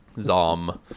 zom